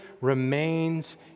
remains